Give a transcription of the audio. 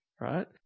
right